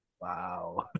Wow